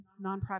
nonprofit